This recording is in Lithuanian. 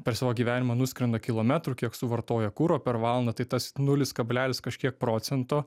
per savo gyvenimą nuskrenda kilometrų kiek suvartoja kuro per valandą tai tas nulis kablelis kažkiek procento